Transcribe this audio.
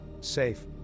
safe